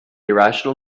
irrational